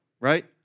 right